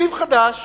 בתקציב חדש